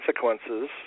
consequences